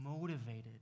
motivated